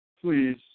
please